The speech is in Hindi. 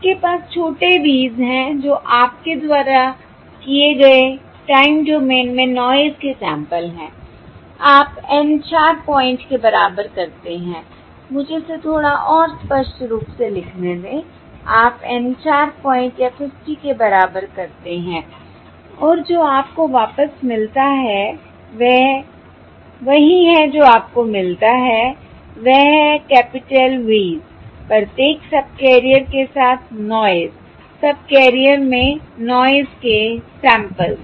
आपके पास छोटे v s है जो आपके द्वारा किए गए टाइम डोमेन में नॉयस के सैंपल्स हैं आप N 4 पॉइंट के बराबर करते हैं मुझे इसे थोड़ा और स्पष्ट रूप से लिखने दें आप N 4 पॉइंट FFT के बराबर करते हैं और जो आपको वापस मिलता है वह वही है जो आपको मिलता है वह है कैपिटल Vs प्रत्येक सबकैरियर के साथ नॉयस सबकैरियर में नॉयस के सैंपल्स